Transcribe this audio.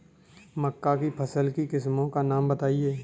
मक्का की फसल की किस्मों का नाम बताइये